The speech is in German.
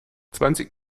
zwanzig